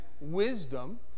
wisdom